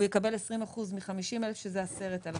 הוא יקבל 20% מ-50,000 שקל, שזה 10,000